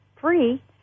free